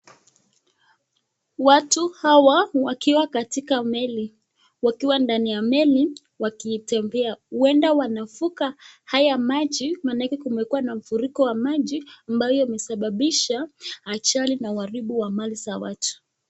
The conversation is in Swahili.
Watu hawa wakiwa katika meli, wakiwa ndani ya meli wakitembea. Huenda wanavuka haya maji manake kumekuwa na mafuriko ya maji ambayo yamesababisha ajali na kuharibu mali za watu.